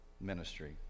ministry